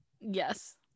Yes